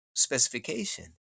specification